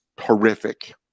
horrific